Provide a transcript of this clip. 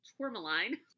tourmaline